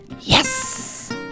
Yes